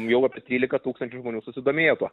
jau apie trylika tūkstančių žmonių susidomėjo tuo